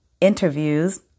interviews